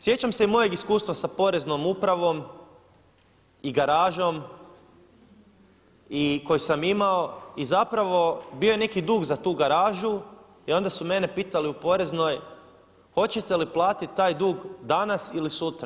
Sjećam se mojeg iskustva sa poreznom upravom i garažom koju sam imao i zapravo bio je neki dug za tu garažu i onda su mene pitali u poreznoj hoćete li platiti taj dug dana ili sutra.